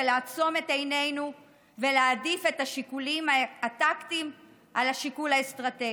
לעצום את עינינו ולהעדיף את השיקולים הטקטיים על השיקול האסטרטגי.